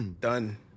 Done